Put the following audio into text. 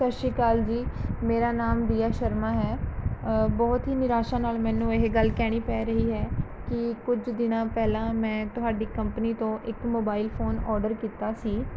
ਸਤਿ ਸ਼੍ਰੀ ਅਕਾਲ ਜੀ ਮੇਰਾ ਨਾਮ ਬੀਆ ਸ਼ਰਮਾ ਹੈ ਬਹੁਤ ਹੀ ਨਿਰਾਸ਼ਾ ਨਾਲ ਮੈਨੂੰ ਇਹ ਗੱਲ ਕਹਿਣੀ ਪੈ ਰਹੀ ਹੈ ਕਿ ਕੁਝ ਦਿਨਾਂ ਪਹਿਲਾਂ ਮੈਂ ਤੁਹਾਡੀ ਕੰਪਨੀ ਤੋਂ ਇੱਕ ਮੋਬਾਈਲ ਫੋਨ ਔਰਡਰ ਕੀਤਾ ਸੀ